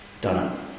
done